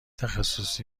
تخصص